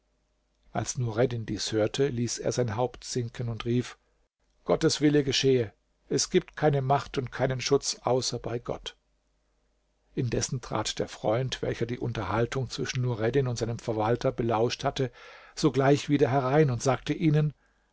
als nureddin dies hörte ließ er sein haupt sinken und rief gottes wille geschehe es gibt keine macht und keinen schutz außer bei gott indessen trat der freund welcher die unterhaltung zwischen nureddin und seinem verwalter belauscht hatte sogleich wieder herein und sagte ihnen